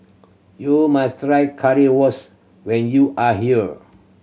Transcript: you must try Currywurst when you are here